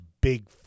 big